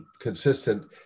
consistent